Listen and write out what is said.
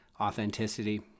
authenticity